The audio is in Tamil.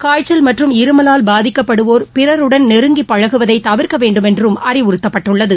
காய்ச்சல் மற்றும் இருமலால் பாதிக்கப்படுவோர் பிறருடன் நெருங்கி பழகுவதை தவிர்க்க வேண்டுமென்றும் அறிவுறுத்தப்பட்டுள்ளது